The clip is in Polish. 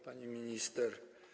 Pani Minister!